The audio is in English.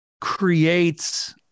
creates